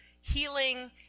healing